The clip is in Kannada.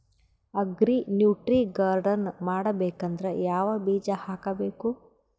ಅಗ್ರಿ ನ್ಯೂಟ್ರಿ ಗಾರ್ಡನ್ ಮಾಡಬೇಕಂದ್ರ ಯಾವ ಬೀಜ ಹಾಕಬೇಕು?